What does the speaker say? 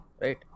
right